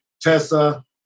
Tessa